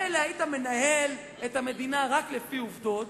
מילא, אם היית מנהל את המדינה רק לפי עובדות,